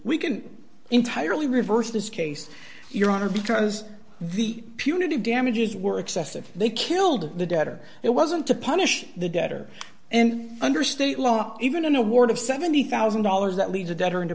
we can entirely reverse this case your honor because the punitive damages were excessive they killed the debtor it wasn't to punish the debtor and under state law even an award of seventy thousand dollars that leaves a debtor into